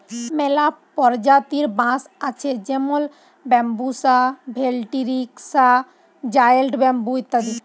ম্যালা পরজাতির বাঁশ আছে যেমল ব্যাম্বুসা ভেলটিরিকসা, জায়েল্ট ব্যাম্বু ইত্যাদি